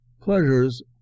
Pleasures